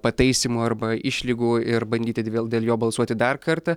pataisymų arba išlygų ir bandyti vėl dėl jo balsuoti dar kartą